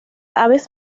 aves